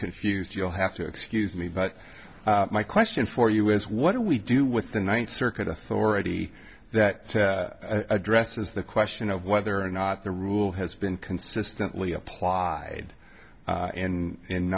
confused you'll have to excuse me but my question for you as what do we do with the ninth circuit authority that i dressed is the question of whether or not the rule has been consistently applied and in